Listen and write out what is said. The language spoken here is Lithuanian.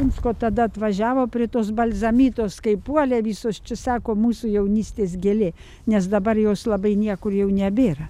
minsko tada atvažiavo prie tos balzamitos kaip puolė visos čia sako mūsų jaunystės gėlė nes dabar jos labai niekur jau nebėra